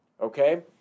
Okay